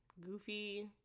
goofy